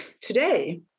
Today